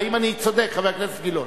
האם אני צודק, חבר הכנסת גילאון?